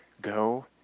Go